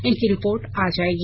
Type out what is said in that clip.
इनकी रिपोर्ट आज आएगी